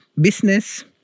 business